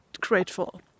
grateful